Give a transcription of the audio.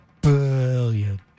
billion